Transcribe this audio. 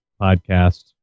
podcast